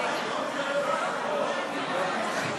יום שחור.